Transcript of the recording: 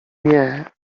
nie